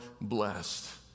blessed